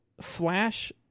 Flash